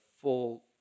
full